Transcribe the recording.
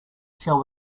shall